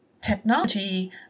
technology